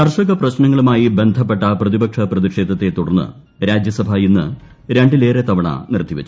കർഷക പ്രശ്നങ്ങളുമായി ബന്ധപ്പെട്ട പ്രതിപക്ഷ ന് പ്രതിഷേധത്തെ തുടർന്ന് രാജ്യസഭ ഇന്ന് രണ്ടിലേറെ തവണ നിർത്തിവച്ചു